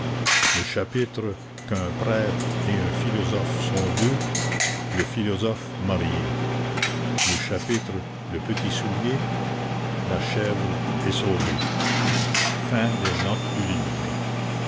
le chapitre qu'un prêtre et un philosophe sont deux le philosophe marié le chapitre le petit soulier la chèvre est sauvée notes